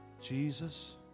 Jesus